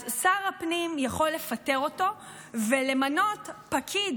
אז שר הפנים יכול לפטר אותו ולמנות פקיד